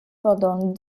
pendant